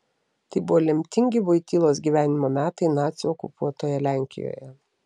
tai buvo lemtingi vojtylos gyvenimo metai nacių okupuotoje lenkijoje